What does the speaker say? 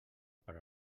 per